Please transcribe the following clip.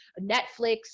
Netflix